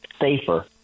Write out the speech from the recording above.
safer